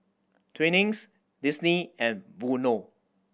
Twinings Disney and Vono